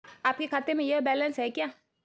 आपके खाते में यह बैलेंस है क्या?